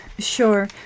Sure